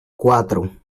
cuatro